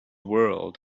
world